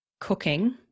Cooking